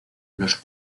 los